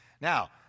Now